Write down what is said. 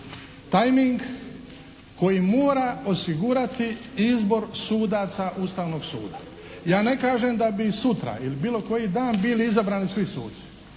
tajming koji mora osigurati izbor sudaca Ustavnog suda. Ja ne kažem da bi sutra ili bilo koji dan bili izabrani svi suci.